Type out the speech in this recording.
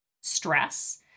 stress